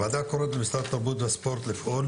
הוועדה קוראת למשרד התרבות והספורט לפעול